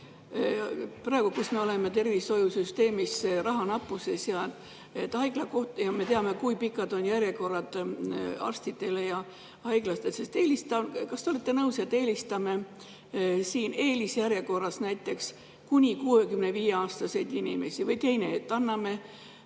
Praegu, kui me oleme tervishoiusüsteemis rahanappuses, me teame, kui pikad on järjekorrad arstide juurde ja haiglatesse, kas te olete nõus, et eelistame eelisjärjekorras näiteks kuni 65-aastaseid inimesi? Või teine, et anname